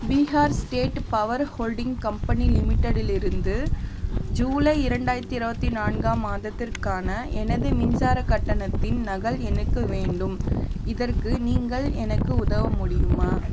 Bihar state power holding company லிமிட்டெடிலிருந்து July இரண்டாயிரத்தி இருபத்தி நான்காம் மாதத்திற்கான எனது மின்சார கட்டணத்தின் நகல் எனக்கு வேண்டும் இதற்கு நீங்கள் எனக்கு உதவ முடியுமா